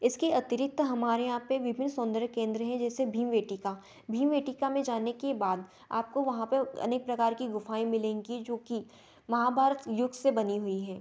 इसके अतिरिक्त हमारे यहाँ पे विभिन्न सौन्दर्य केंद्र हैं जैसे भीम वेटिका भीम वेटिका में जाने के बाद आपको वहाँ पे अनेक प्रकार की गुफ़ाएँ मिलेंगी जोकि महाभारत युग से बनी हुई हैं